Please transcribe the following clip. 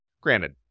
granted